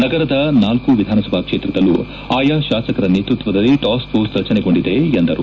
ನಗರದ ನಾಲ್ಕು ವಿಧಾನಸಭಾ ಕ್ಷೇತ್ರದಲ್ಲೂ ಆಯಾ ಶಾಸಕರ ನೇತೃತ್ವದಲ್ಲಿ ಟಾಸ್ಕ್ ಪೋರ್ಸ್ ರಚನೆಗೊಂಡಿವೆ ಎಂದರು